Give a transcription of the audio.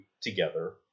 together